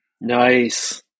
Nice